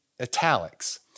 italics